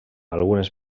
algunes